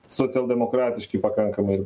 socialdemokratiški pakankamai